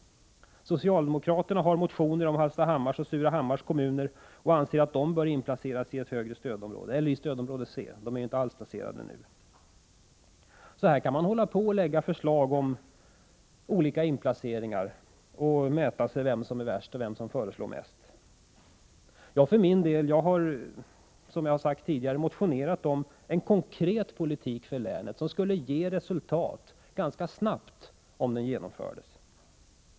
Socialdemokraterna har motioner om Hallstahammars och Surahammars kommuner och anser att dessa bör inplaceras i stödområde C. De är inte alls stödområdesplacerade nu. Så här kan man hålla på och lägga fram förslag om olika inplaceringar och tävla om vem som föreslår mest. För min del har jag, som jag sagt tidigare, motionerat om en konkret politik för länet som skulle ge resultat ganska snabbt, om den genomfördes.